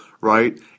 right